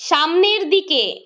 সামনের দিকে